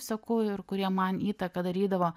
seku ir kurie man įtaką darydavo